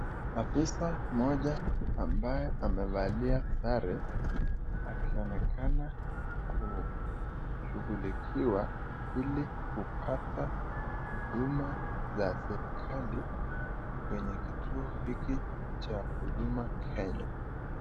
Afisa mmoja ambaye amevalia sare akionekana kushugulikiwa ili kupata huduma za serikali kwenye kituo hiki cha Huduma Kenya.